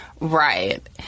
Right